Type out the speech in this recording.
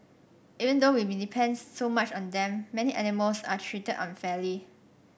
even though we depend so much on them many animals are treated unfairly